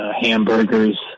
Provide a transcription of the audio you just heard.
hamburgers